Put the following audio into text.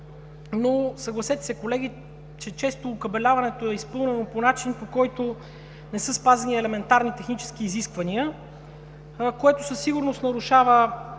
но съгласете се, колеги, че често окабеляването е изпълнено по начин, по който не са спазени елементарни технически изисквания, което със сигурност нарушава